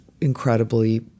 incredibly